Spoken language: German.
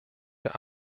der